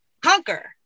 Conquer